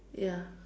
ya